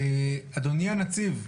אדוני הנציב,